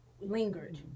lingered